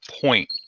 point